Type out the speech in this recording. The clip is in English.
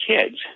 kids